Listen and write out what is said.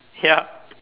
ya